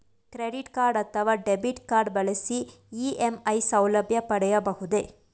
Credit card ಅಥವಾ debit card ಬಳಸಿ EMI ಸೌಲಭ್ಯ ಪಡೆಯಬಹುದೇ?